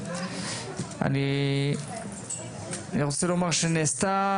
אני רוצה לומר שנעשתה